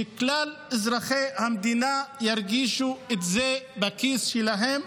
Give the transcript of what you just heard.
שכלל אזרחי המדינה ירגישו את זה בכיס שלהם,